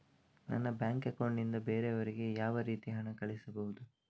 ನನ್ನ bank account ನಿಂದ ಬೇರೆಯವರಿಗೆ ಯಾವ ರೀತಿ ಹಣ ಕಳಿಸಬಹುದು?